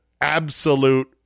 absolute